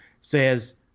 says